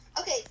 Okay